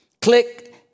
click